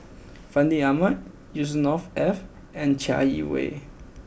Fandi Ahmad Yusnor Ef and Chai Yee Wei